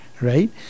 right